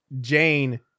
Jane